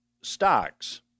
stocks